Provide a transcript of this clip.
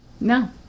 No